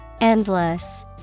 Endless